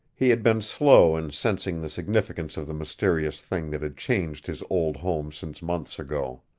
he had been slow in sensing the significance of the mysterious thing that had changed his old home since months ago.